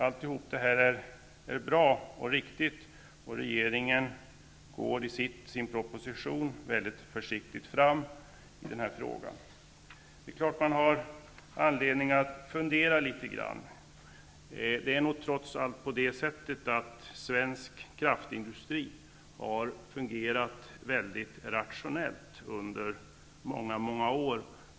Allt detta är bra och riktigt. Regerinen går väldigt försiktigt fram i den proposition som behandlar den här frågan. Det är klart att det finns anledning att fundera litet grand. Trots allt har svensk kraftindustri fungerat väldigt rationellt under många år.